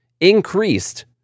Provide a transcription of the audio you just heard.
increased